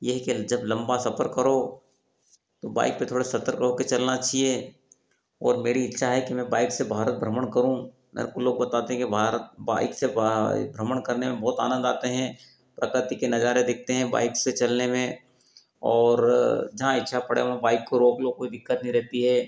यही कि जब लम्बा सफर करो तो बाइक पर थोड़ा सतर्क हो कर चलना चहिए ओर मेरी इच्छा है कि मैं बाइक से भारत भ्रमण करूँ मेरे को लोग बताते हैं कि भारत बाइक से भ्रमण करने में बहुत आनंद आते हें प्रकृति के नज़ारे दिखते हें बाइक से चलने में ओर जहाँ इच्छा पड़े वहाँ बाइक को रोक लो कोई दिक्कत नहीं रहती है